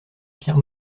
pierre